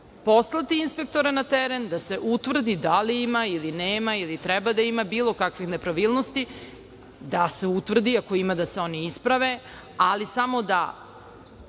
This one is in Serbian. poslati inspektore na teren da se utvrdi da li ima ili nema ili treba da ima bilo kakvih nepravilnosti, da se utvrdi ako ima da se oni isprave, ali samo da